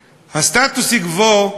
הסטטוס-קוו,